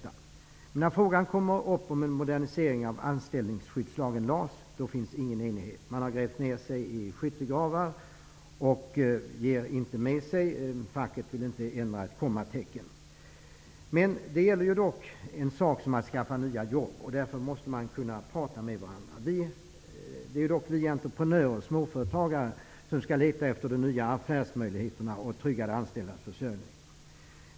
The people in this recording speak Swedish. Men när frågan kommer upp om en modernisering av lagen om anställningsskydd, LAS, finns ingen enighet. Man har grävt ner sig i skyttegravar och ger inte med sig. Facket vill inte ändra ett kommatecken. Det gäller ju ändå att skaffa nya jobb. därför måste man kunna prata med varandra. Det är vi entreprenörer, småföretagare, som skall leta efter nya affärsmöjligheter och trygga de anställdas försörjning.